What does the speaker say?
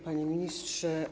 Panie Ministrze!